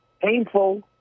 painful